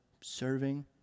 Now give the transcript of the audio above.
serving